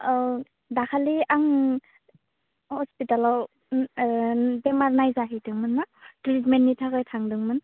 औ दाखालि आं हस्पिटालाव बेमार नायजा हैदोंमोन ना ट्रिटमेन्टनि थाखाय थांदोंमोन